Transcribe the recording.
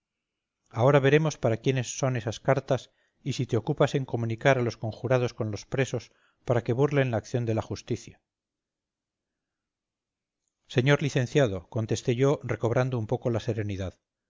ahora veremos para quiénes son esas cartas y si te ocupas en comunicar a los conjurados con los presos para que burlen la acción de la justicia señor licenciado contesté yo recobrando un poco la serenidad